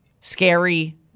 scary